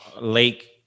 Lake